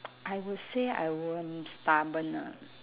I will say I am stubborn lah